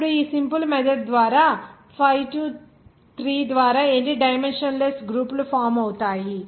ఇప్పుడు ఈ simple method ద్వారా 5 3 ద్వారా ఎన్ని డైమెన్షన్ లెస్ గ్రూపు లు ఫామ్ అవుతాయి